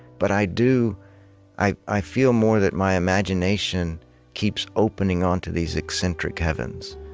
but i do i i feel, more, that my imagination keeps opening onto these eccentric heavens.